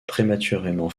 prématurément